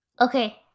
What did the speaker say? okay